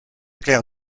claire